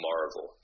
Marvel